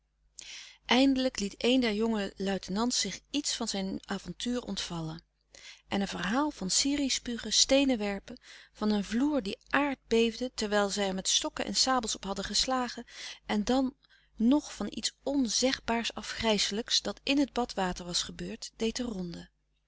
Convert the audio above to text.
eindelijk liet een der jonge luitenants zich iets van zijn avontuur ontvallen en een verhaal van sirih spugen steenen werpen van een vloer die aardbeefde terwijl zij er met stokken en sabels op hadden geslagen en dan nog van iets onzegbaars afgrijselijks dat in het badwater was gebeurd deed de ronde